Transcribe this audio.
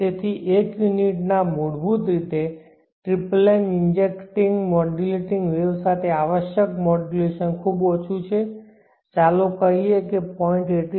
તેથી એક યુનિટ ના મૂળભૂત માટે ટ્રિપલેન ઇન્જેક્શિંગ મોડ્યુલેટિંગ વેવ સાથે આવશ્યક મોડ્યુલેશન ખૂબ ઓછું છે ચાલો કહીએ 0